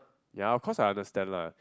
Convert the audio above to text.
ya of course I understand lah